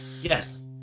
Yes